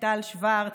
ליטל שוורץ,